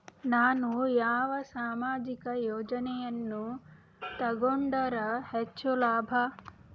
ನಾನು ಯಾವ ಸಾಮಾಜಿಕ ಯೋಜನೆಯನ್ನು ತಗೊಂಡರ ಹೆಚ್ಚು ಲಾಭ?